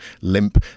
limp